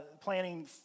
planning